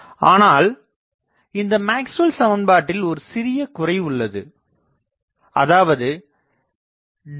ஆனால் இந்த மேக்ஸ்வெல்Maxwell's சமன்பாட்டில் ஒரு சிறிய குறை உள்ளது அதாவது ᐁ